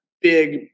big